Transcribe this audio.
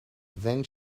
then